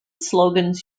slogans